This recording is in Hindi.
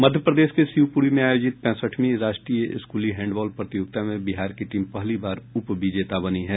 मध्यप्रदेश के शिवपूरी में आयोजित पैंसठवीं राष्ट्रीय स्कूली हैंडबॉल प्रतियोगिता में बिहार की टीम पहली बार उपविजेता बनी हैं